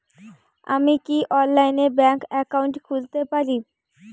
আমি কি অনলাইনে ব্যাংক একাউন্ট খুলতে পারি?